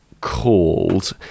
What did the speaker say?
called